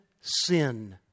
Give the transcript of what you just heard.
sin